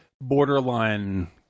borderline